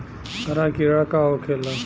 हरा कीड़ा का होखे ला?